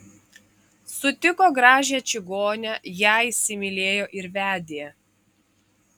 sutiko gražią čigonę ją įsimylėjo ir vedė